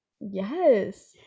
Yes